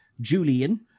Julian